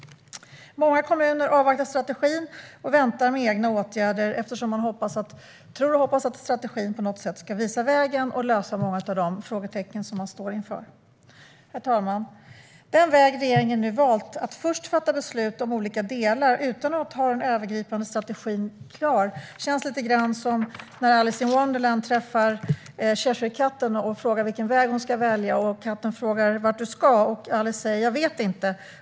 Många kommuner avvaktar strategin och väntar med egna åtgärder eftersom de tror och hoppas att strategin på något sätt ska visa vägen och lösa många av de frågetecken de står inför. Herr talman! Den väg regeringen nu har valt, det vill säga att först fatta beslut om olika delar utan att ha den övergripande strategin klar, känns lite grann som när Alice i Alice in Wonderland träffar Cheshirekatten och frågar vilken väg hon ska välja. Katten frågar vart hon ska, och Alice svarar: Jag vet inte.